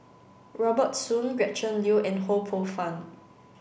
Robert Soon Gretchen Liu and Ho Poh Fun